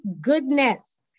goodness